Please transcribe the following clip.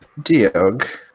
Diog